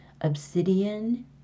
obsidian